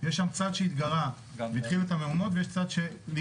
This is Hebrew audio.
יש שם צד שהתגרה והתחיל את המהומות ויש צד שלפעמים